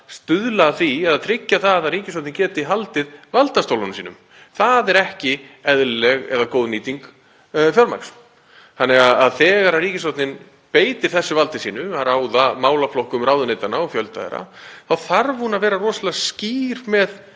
til þess að tryggja að ríkisstjórnin geti haldið valdastólum sínum. Það er ekki eðlileg eða góð nýting fjármagns. Þegar ríkisstjórnin beitir þessu valdi sínu, að ráða málaflokkum ráðuneytanna og fjölda þeirra, þá þarf hún að vera rosalega skýr um